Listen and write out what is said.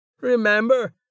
Remember